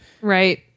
Right